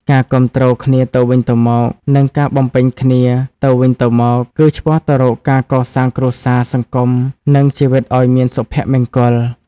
ការគាំទ្រគ្នាទៅវិញទៅមក និងការបំពេញគ្នាទៅវិញទៅមក គឺឆ្ពោះទៅរកការកសាងគ្រួសារ សង្គម និងជីវិតឲ្យមានសុភមង្គល។